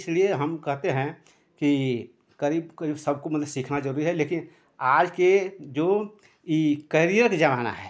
इसलिए हम कहते हैं कि करीब करीब सबको मतलब सीखना जरूरी है लेकिन आज के जो यह कैरियर जहाँ है